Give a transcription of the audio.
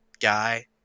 guy